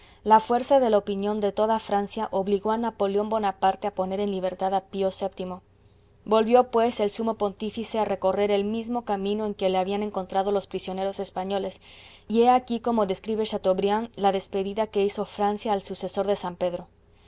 la fuerza de la opinión de toda francia obligó a napoleón bonaparte a poner en libertad a pío vii volvió pues el sumo pontífice a recorrer el mismo camino en que le habían encontrado los prisioneros españoles y he aquí cómo describe chateaubriand la despedida que hizo francia al sucesor de san pedro